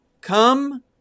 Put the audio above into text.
come